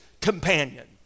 companion